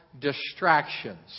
Distractions